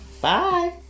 Bye